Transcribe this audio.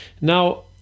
now